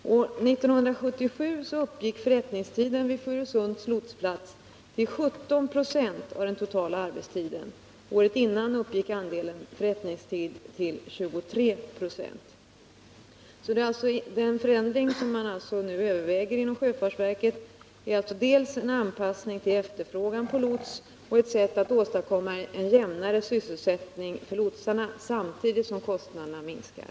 1977 uppgick förrättningstiden vid Furusunds lotsplats till 17 96 av den totala arbetstiden. Året innan uppgick andelen förrättningstid till 23 96. Den förändring som man inom sjöfartsverket överväger innebär alltså dels en anpassning till efterfrågan på lots, dels ett sätt att åstadkomma en jämnare sysselsättning för lotsarna samtidigt som kostnaderna minskas.